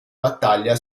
battaglia